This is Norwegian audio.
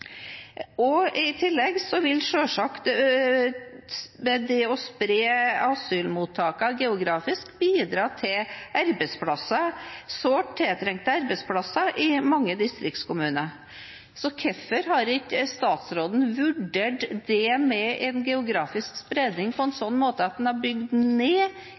vellykket. I tillegg vil selvsagt det å spre asylmottakene geografisk bidra til arbeidsplasser – sårt tiltrengte arbeidsplasser – i mange distriktskommuner. Så hvorfor har ikke statsråden vurdert geografisk spredning på en sånn måte at en bygger ned